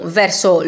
verso